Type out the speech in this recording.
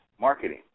Marketing